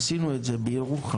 עשינו את זה בירוחם,